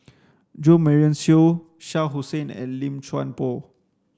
Jo Marion Seow Shah Hussain and Lim Chuan Poh